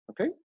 okay